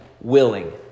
willing